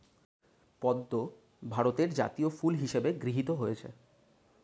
পদ্ম ভারতের জাতীয় ফুল হিসেবে গৃহীত হয়েছে